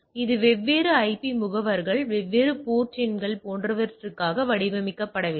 இது வெவ்வேறு ஐபி முகவரிகள் வெவ்வேறு போர்ட் எண்கள் போன்றவற்றுக்காக வடிவமைக்கப்படவில்லை